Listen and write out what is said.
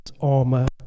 armor